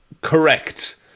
Correct